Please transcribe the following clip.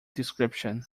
description